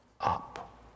up